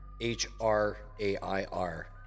H-r-a-i-r